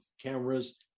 cameras